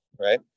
right